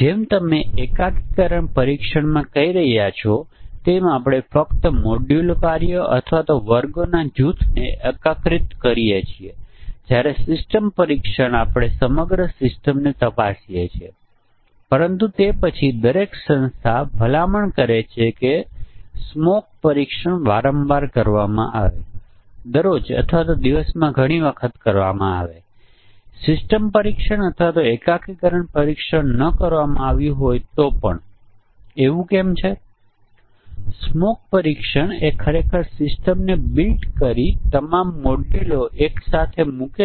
કરવાને કારણે થાય છે જ્યારે જ્યારે બે વિકલ્પો જોડવામાં આવે છે ત્યારે ડબલ મોડ ફોલ્ટ સમસ્યા દેખાય છે અથવા ત્યારે 2 વે ખામી થાય છે ઉદાહરણ તરીકે જ્યારે ડ્યુપ્લેક્સ પસંદ થયેલ હોય ત્યારે જ પ્રિન્ટ આઉટ આવે છે અને જ્યારે પ્રિંટર મોડેલ 394 હોય ત્યારે જ આ પરિમાણોમાંથી 2 ની ચોક્કસ કિંમત હોય છે જ્યારે સમસ્યા આવે છે અથવા કોઈ અન્ય સંયોજનમાં સમસ્યા મલ્ટિ મોડ ફોલ્ટ 3 અથવા સેટિંગ્સમાં થાય છે ચોક્કસ સેટિંગ દીઠ 3 અથવા મોડના પરિમાણોને લીધે સમસ્યા થઈ શકે છે